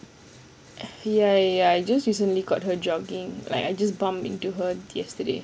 ya ya I just recently caught her jogging like I just bump into her yesterday